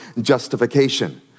justification